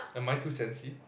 am I too sensi